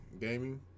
gaming